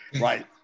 Right